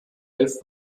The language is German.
elf